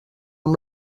amb